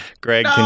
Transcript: greg